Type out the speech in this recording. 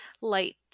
light